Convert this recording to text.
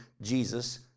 Jesus